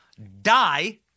die